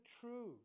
true